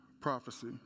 prophecy